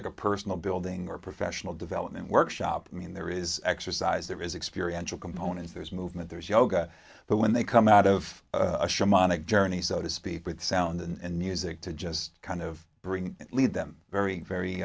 like a personal building or professional development workshop i mean there is exercise there is experience of components there's movement there's yoga but when they come out of a shell monic journey so to speak with sound and music to just kind of bring it lead them very